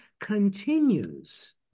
continues